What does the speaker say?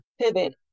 pivot